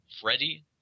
Freddie